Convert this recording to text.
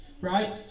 right